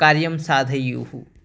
कार्यं साधयेयुः